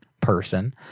person